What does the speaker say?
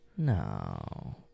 No